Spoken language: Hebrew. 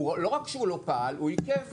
לא רק שהוא לא פעל אלא הוא עיכב.